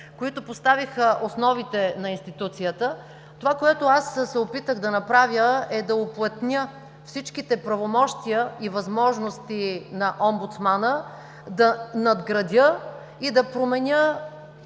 Те поставиха основите на институцията. Това, което аз се опитах да направя, е да уплътня всичките правомощия и възможности на омбудсмана, да надградя и да променя,